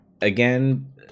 again